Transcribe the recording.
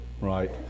right